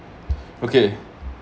okay